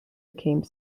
became